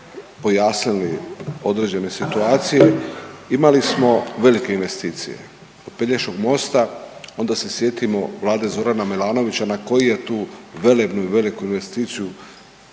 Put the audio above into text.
pojasnili određene situacije. Imali smo velike investicije Pelješkog mosta onda se sjetimo vlade Zorana Milanovića na koji je tu velebnu i veliku investiciju